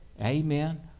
Amen